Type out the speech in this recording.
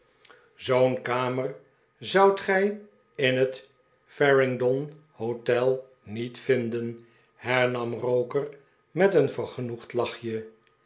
zoo'n kamer zoudt gij in het farringdonhotel niet vinden hernam roker met een vergenoegd lachje